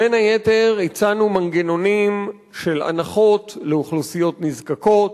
בין היתר הצענו מנגנונים של הנחות לאוכלוסיות נזקקות,